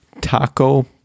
taco